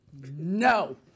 No